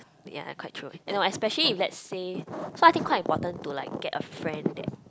ya quite true and you know especially if let's say so I think quite important to like get a friend that